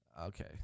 Okay